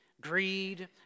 greed